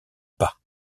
pas